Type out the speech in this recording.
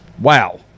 Wow